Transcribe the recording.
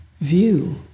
view